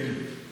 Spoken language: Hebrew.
כן.